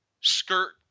skirt